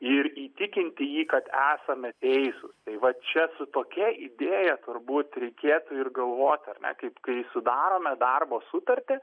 ir įtikinti jį kad esame teisūs tai vat čia su tokia idėja turbūt reikėtų ir galvoti ar ne kaip kai sudarome darbo sutartį